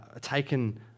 taken